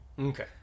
Okay